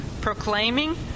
proclaiming